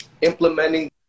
implementing